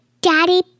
daddy